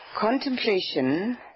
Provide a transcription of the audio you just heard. Contemplation